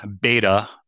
beta